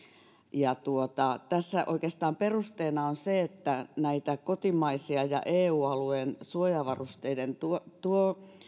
ja tässä oikeastaan perusteena on se että näitä kotimaisia ja eu alueen suojavarusteiden